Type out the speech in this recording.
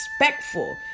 respectful